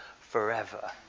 forever